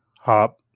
Hop